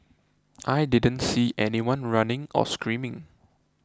I didn't see anyone running or screaming